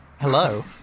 Hello